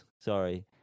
Sorry